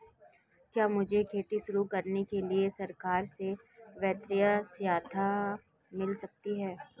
क्या मुझे खेती शुरू करने के लिए सरकार से वित्तीय सहायता मिल सकती है?